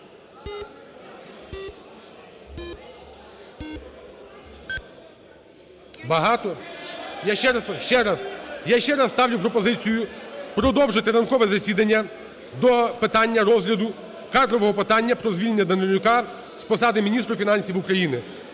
у залі) Я ще раз ставлю пропозицію продовжити ранкове засідання до питання розгляду кадрового питання про звільнення Данилюка з посади міністра фінансів України.